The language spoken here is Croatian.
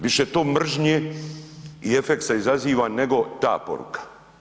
Više to mržnje i efekta izaziva nego ta poruka.